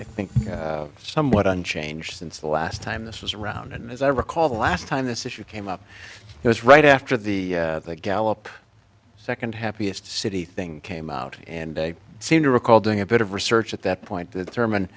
i think somewhat unchanged since the last time this was around and as i recall the last time this issue came up it was right after the gallup second happiest city thing came out and they seem to recall doing a bit of research at that point that herman